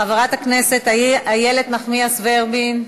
חברת הכנסת איילת נחמיאס ורבין,